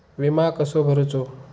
विमा कसो भरूचो?